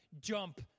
jump